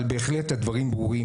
אבל בהחלט הדברים ברורים,